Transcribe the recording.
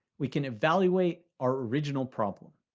we can evaluate our original problem.